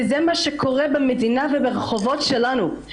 וזה מה שקורה במדינה וברחובות שלנו.